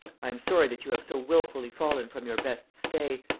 i am sorry that you have so wilfully fallen from your best stay,